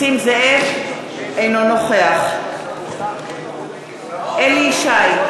אינו נוכח אליהו ישי,